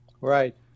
Right